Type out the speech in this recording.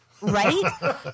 Right